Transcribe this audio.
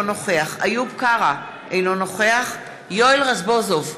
אינו נוכח איוב קרא, אינו נוכח יואל רזבוזוב,